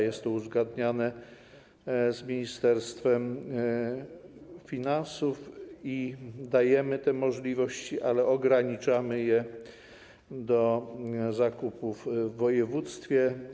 Jest to uzgadniane z Ministerstwem Finansów i dajemy te możliwości, ale ograniczamy je do zakupów w województwie.